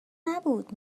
نبود